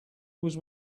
was